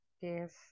Yes